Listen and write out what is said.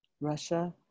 Russia